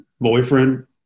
boyfriend